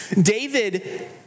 David